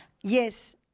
Yes